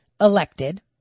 elected